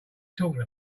talking